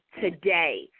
today